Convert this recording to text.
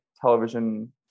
television